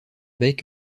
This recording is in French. bec